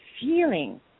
feeling